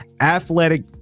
athletic